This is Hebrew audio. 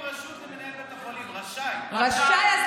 רשאי.